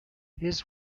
his